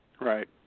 Right